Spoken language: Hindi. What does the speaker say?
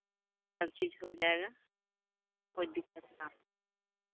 सब चीज़ हो जाएगा कोई दिक्कत ना